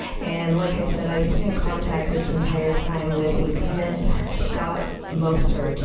and like i said i have been in contact this entire time with lieutenant scott most earth.